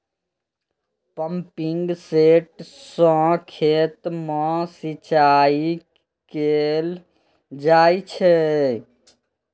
pumping set सं खेत मे सिंचाई कैल जाइ छै